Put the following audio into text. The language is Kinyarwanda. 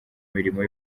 mirimo